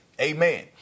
Amen